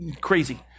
crazy